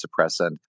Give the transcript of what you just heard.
suppressant